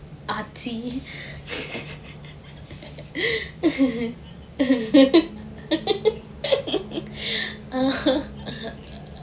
artsy